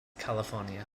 california